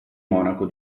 monaco